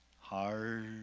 hard